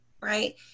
right